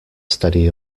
steady